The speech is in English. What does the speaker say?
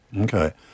Okay